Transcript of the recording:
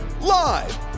Live